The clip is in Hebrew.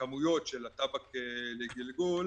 בכמויות של הטבק לגלגול